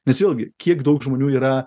nes vėlgi kiek daug žmonių yra